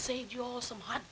see some hot